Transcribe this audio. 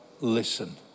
listen